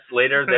later